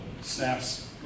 snaps